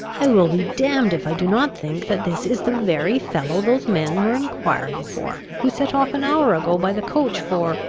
i will be damned if i do not think that this is the very fellow those men were enquiring for who set off an hour ago by the coach for.